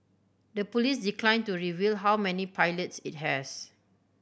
the police declined to reveal how many pilots it has